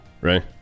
Right